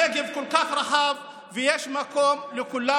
הנגב כל כך רחב, ויש מקום לכולם.